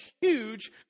huge